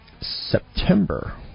September